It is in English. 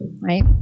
right